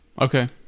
okay